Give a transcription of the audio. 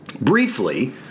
Briefly